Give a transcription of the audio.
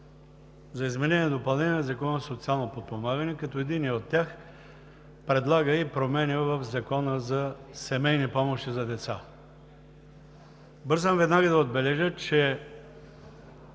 за изменение и допълнение на Закона за социалното подпомагане, като единият от тях предлага и промени в Закона за семейни помощи за деца. Бързам веднага да отбележа, че